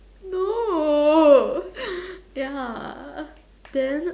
no ya then